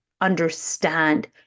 understand